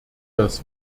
das